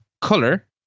color